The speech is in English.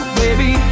baby